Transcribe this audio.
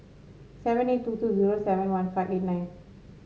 seven eight two two zero seven one five eight nine